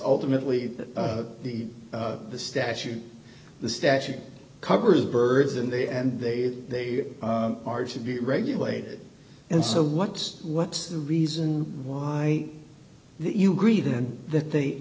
ultimately that the statute the statute covers birds and they and they they are to be regulated and so what's what's the reason why you agree then that they